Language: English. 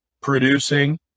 producing